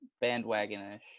bandwagon-ish